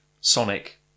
Sonic